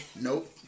Nope